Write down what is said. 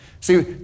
See